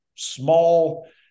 Small